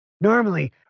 Normally